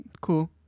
Cool